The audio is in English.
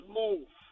move